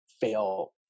fail